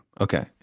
Okay